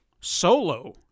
solo